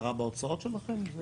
הכרה בהוצאות שלכם?